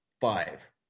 five